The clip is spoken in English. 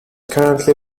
currently